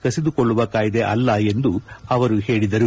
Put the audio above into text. ಕಸಿದುಕೊಳ್ಳುವ ಕಾಯ್ದೆ ಅಲ್ಲ ಎಂದು ಅವರು ಹೇಳಿದರು